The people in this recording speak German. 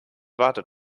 wartet